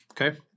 Okay